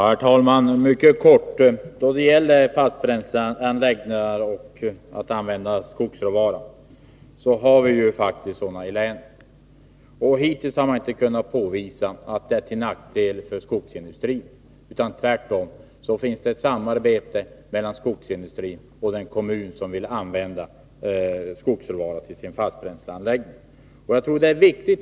Herr talman! Mycket kort. Då det gäller fastbränsleanläggningar och användning av skogsråvara har vi faktiskt råvaran i länet. Hittills har det inte kunnat påvisas att detta skulle vara till nackdel för skogsindustrin. Tvärtom finns det ett samarbete mellan skogsindustrin och den kommun som vill använda skogsråvara i sin fastbränsleanläggning.